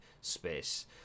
space